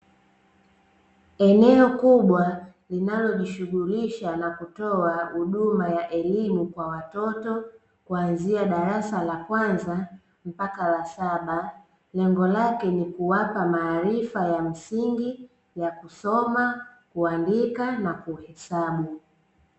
Eneo kubwa linalojishughulisha na kutoa huduma ya elimu kwa watoto kuanzia darasa la kwanza mpaka la saba. Lengo lake ni kuwapa maarifa ya msingi ya kusoma, kuandika na kuhesabu.